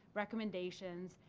recommendations,